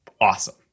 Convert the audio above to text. awesome